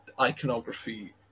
iconography